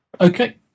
Okay